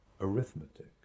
Arithmetic